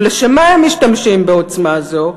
ולשם מה הם משתמשים בעוצמה זו?